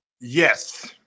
Yes